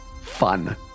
Fun